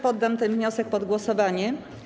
Poddam ten wniosek pod głosowanie.